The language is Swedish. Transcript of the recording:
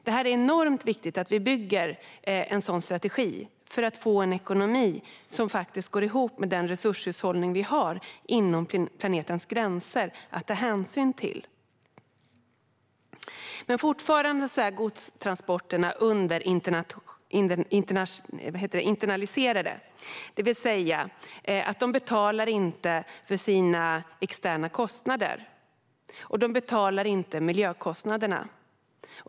Det är enormt viktigt att vi bygger en sådan strategi för att få en ekonomi som går ihop med den resurshushållning vi har att ta hänsyn till inom planetens gränser. Godstransporterna är dock fortfarande underinternaliserade, vilket vill säga att de inte betalar för sina externa kostnader, och de betalar inte miljökostnaderna.